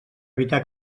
evitar